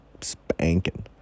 spanking